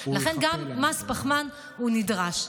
לכן גם מס פחמן הוא נדרש.